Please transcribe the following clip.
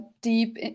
deep